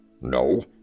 No